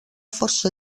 força